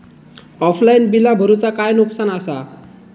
Offline बिला भरूचा काय नुकसान आसा?